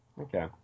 Okay